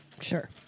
Sure